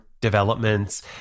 developments